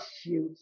shoot